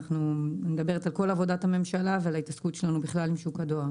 אני מדברת על כל עבודת הממשלה ועל ההתעסקות שלנו בכלל עם שוק הדואר.